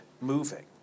moving